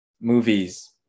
movies